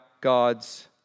God's